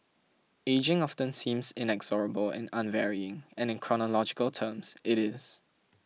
ageing often seems inexorable and unvarying and in chronological terms it is